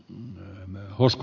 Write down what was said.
ymmärrämme koska